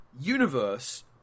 Universe